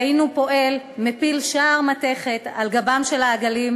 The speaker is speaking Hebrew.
ראינו פועל מפיל שער מתכת על גבם של העגלים,